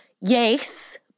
yes